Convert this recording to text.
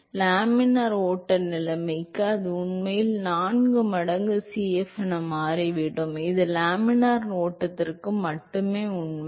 எனவே இது எனவே லேமினார் ஓட்ட நிலைமைகளுக்கு அது உண்மையில் 4 மடங்கு Cf என்று மாறிவிடும் இது லேமினார் ஓட்டத்திற்கு மட்டுமே உண்மை